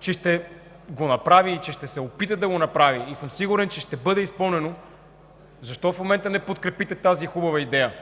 че ще го направи и ще се опита да го направи, и съм сигурен, че ще бъде изпълнено, защо в момента не подкрепите тази хубава идея?